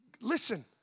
Listen